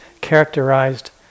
characterized